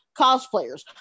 cosplayers